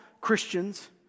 Christians